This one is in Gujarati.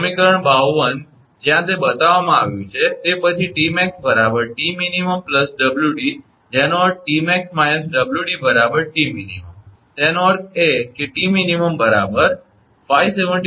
સમીકરણ 52 જ્યાં તે બતાવવામાં આવ્યું છે પછી 𝑇𝑚𝑎𝑥 𝑇𝑚𝑖𝑛 𝑊𝑑 જેનો અર્થ 𝑇𝑚𝑎𝑥 − 𝑊𝑑 𝑇𝑚𝑖𝑛 તેનો અર્થ છે 𝑇𝑚𝑖𝑛 572